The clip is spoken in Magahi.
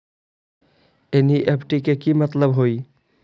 एन.ई.एफ.टी के कि मतलब होइ?